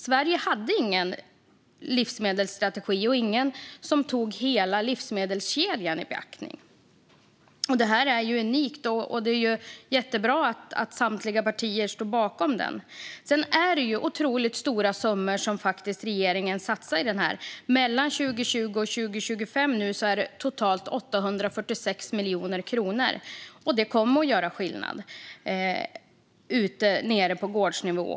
Sverige hade ingen livsmedelsstrategi och ingen som tog hela livsmedelskedjan i beaktande. Det här är unikt, och det är jättebra att samtliga partier står bakom den. Regeringen satsar faktiskt också otroligt stora summor. Mellan 2020 och 2025 är det totalt 846 miljoner kronor. Det kommer att göra skillnad ned på gårdsnivå.